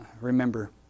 remember